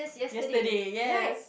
yesterday yes